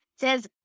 says